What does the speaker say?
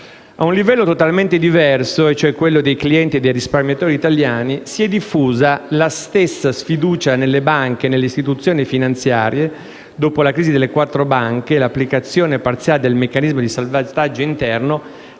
A un livello totalmente diverso, e cioè quello dei clienti e dei risparmiatori italiani, si è diffusa la stessa sfiducia nelle banche e nelle istituzioni finanziarie, dopo la crisi delle quattro banche - e l'applicazione parziale del meccanismo di salvataggio interno